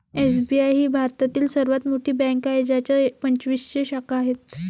SBI ही भारतातील सर्वात मोठी बँक आहे ज्याच्या पंचवीसशे शाखा आहेत